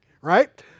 right